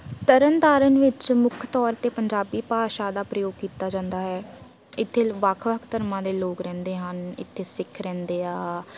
ਤਰਨ ਤਾਰਨ ਵਿੱਚ ਮੁੱਖ ਤੌਰ 'ਤੇ ਪੰਜਾਬੀ ਭਾਸ਼ਾ ਦਾ ਪ੍ਰਯੋਗ ਕੀਤਾ ਜਾਂਦਾ ਹੈ ਇੱਥੇ ਵੱਖ ਵੱਖ ਧਰਮਾਂ ਦੇ ਲੋਕ ਰਹਿੰਦੇ ਹਨ ਇੱਥੇ ਸਿੱਖ ਰਹਿੰਦੇ ਆ